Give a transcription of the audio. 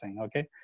Okay